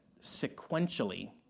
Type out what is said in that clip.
sequentially